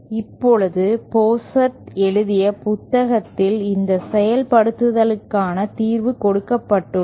இப்போது போஸார்ட் எழுதிய புத்தகத்தில் இந்த செயல்படுத்தலுக்கான தீர்வு கொடுக்கப்பட்டுள்ளது